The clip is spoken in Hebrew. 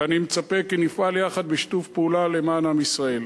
ואני מצפה כי נפעל יחד בשיתוף פעולה למען עם ישראל.